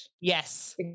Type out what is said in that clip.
Yes